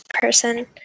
person